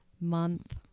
month